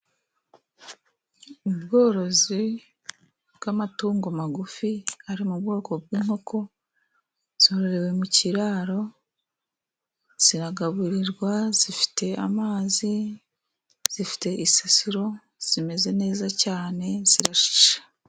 Ubworozi bw'amatungo magufi ari mu bwoko bw'inkoko, zororewe mu kiraro, ziragaburirwa, zifite amazi, zifite isasiro, zimeze neza cyane zirashishe.